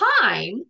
time